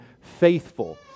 faithful